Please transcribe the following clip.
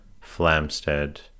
Flamstead